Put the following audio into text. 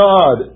God